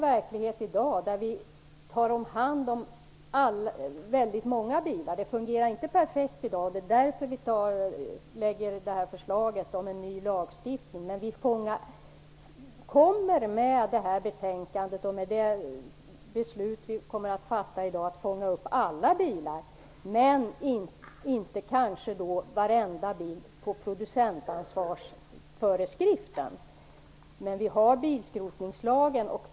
Verkligheten är ju att vi tar hand om väldigt många bilar i dag. Det fungerar inte perfekt, och därför lägger vi fram det här förslaget om en ny lagstiftning. Men vi kommer med det betänkande och det beslut vi fattar i dag att fånga upp alla bilar. Vi kommer kanske inte att fånga upp varenda bil genom producentansvarsföreskriften. Men vi har ju också bilskrotningslagen.